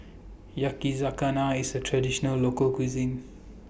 Yakizakana IS A Traditional Local Cuisine